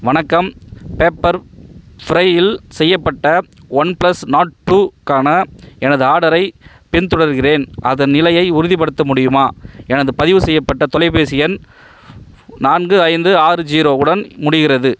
வணக்கம் பெப்பர்ஃப்ரையில் செய்யப்பட்ட ஒன்ப்ளஸ் நாட் டூக்கான எனது ஆர்டரைப் பின்தொடர்கிறேன் அதன் நிலையை உறுதிப்படுத்த முடியுமா எனது பதிவுசெய்யப்பட்ட தொலைபேசி எண் நான்கு ஐந்து ஆறு ஜீரோ உடன் முடிகிறது